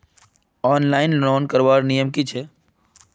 Online loan करवार नियम की छे?